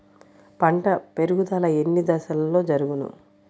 పంట పెరుగుదల ఎన్ని దశలలో జరుగును?